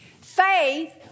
Faith